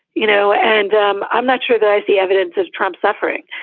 you know, and um i'm not sure that i see evidence of trump suffering.